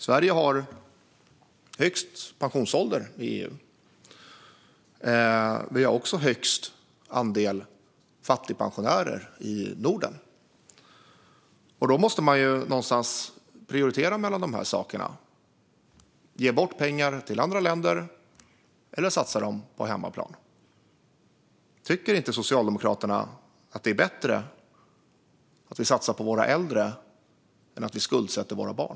Sverige har högst pensionsålder i EU. Vi har också störst andel fattigpensionärer i Norden. Då måste man någonstans prioritera mellan dessa saker - ge bort pengar till andra länder eller satsa dem på hemmaplan. Tycker inte Socialdemokraterna att det är bättre att vi satsar på våra äldre än att vi skuldsätter våra barn?